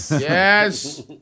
yes